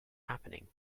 happening